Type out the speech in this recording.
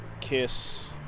Kiss